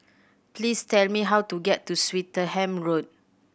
please tell me how to get to Swettenham Road